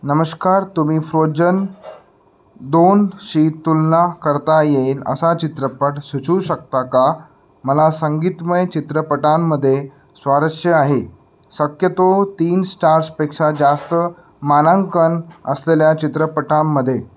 नमश्कार तुम्ही फ्रोजन दोनशी तुलना करता येईल असा चित्रपट सुचवू शकता का मला संगीतमय चित्रपटांमध्ये स्वारस्य आहे शक्यतो तीन स्टार्सपेक्षा जास्त मानांकन असलेल्या चित्रपटांमध्ये